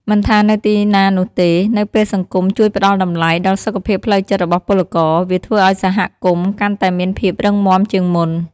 មិនថានៅទីណានោះទេ នៅពេលសង្គមមួយផ្តល់តម្លៃដល់សុខភាពផ្លូវចិត្តរបស់ពលករ វាធ្វើឱ្យសហគមន៍កាន់តែមានភាពរឹងមាំជាងមុន។